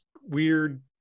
weird